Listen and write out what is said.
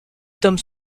tomes